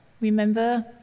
remember